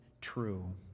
true